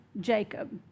Jacob